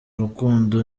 rukundo